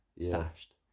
Stashed